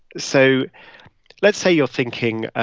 so let's say you're thinking,